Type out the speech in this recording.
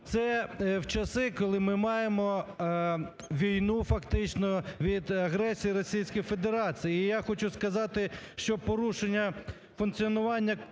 Це в часи, коли ми маємо війну фактично від агресії Російської Федерації. І я хочу сказати, що порушення функціонування